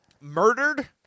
Murdered